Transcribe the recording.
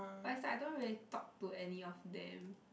but it's like I don't really talk to any of them